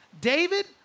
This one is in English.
David